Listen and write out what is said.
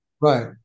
Right